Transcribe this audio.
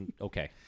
okay